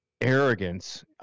arrogance